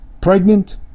Pregnant